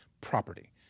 property